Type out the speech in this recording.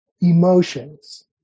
emotions